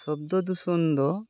ᱥᱚᱵᱽᱫᱚ ᱫᱩᱥᱚᱱ ᱫᱚ